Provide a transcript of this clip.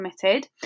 committed